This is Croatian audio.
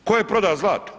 Tko je prodao zlato?